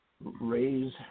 raise